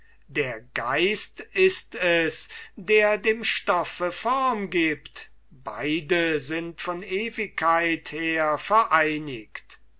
der geist ist es der dem stoffe form gibt beide sind von ewigkeit her vereinigt